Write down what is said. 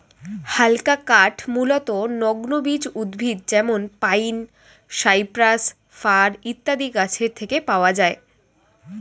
হালকা কাঠ মূলতঃ নগ্নবীজ উদ্ভিদ যেমন পাইন, সাইপ্রাস, ফার ইত্যাদি গাছের থেকে পাওয়া যায়